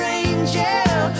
angel